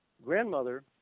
Grandmother